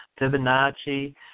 Fibonacci